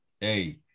hey